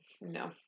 No